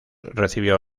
recibió